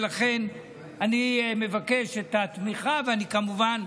ולכן אני מבקש את התמיכה, וכמובן,